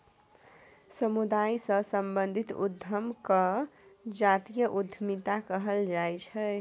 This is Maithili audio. समुदाय सँ संबंधित उद्यम केँ जातीय उद्यमिता कहल जाइ छै